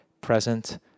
present